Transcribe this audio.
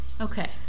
Okay